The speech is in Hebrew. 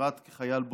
ושירת כחייל בודד.